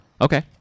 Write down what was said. okay